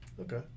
Okay